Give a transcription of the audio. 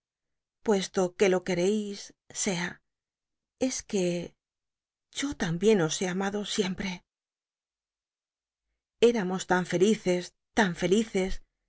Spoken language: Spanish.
puesto que lo quereis sea es que yo también os he amado siempre eramos tan felices tan felices